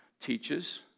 teaches